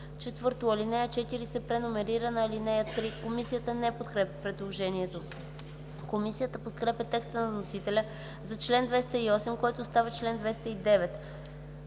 срок”. 4. ал. 4 се преномерира на ал. 3”. Комисията не подкрепя предложението. Комисията подкрепя текста на вносителя за чл. 208, който става чл. 209.